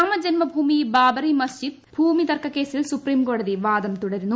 രാമ ജന്മഭൂമി ബാബ്റി മസ്ജിദ് ഭൂമി തർക്ക കേസിൽ സുപ്രിം കോടതിയിൽ വാദം തുടരുന്നു